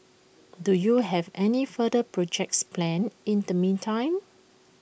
do you have any further projects planned in the meantime